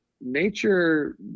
nature